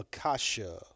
Akasha